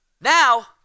Now